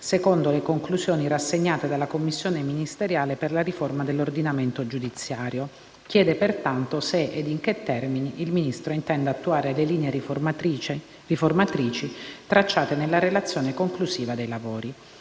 secondo le conclusioni rassegnate dalla commissione ministeriale per la riforma dell'ordinamento giudiziario. Chiede, pertanto, se e in che termini il Ministro intenda attuare le linee riformatrici tracciate nella relazione conclusiva dei lavori.